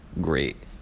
great